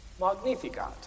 Magnificat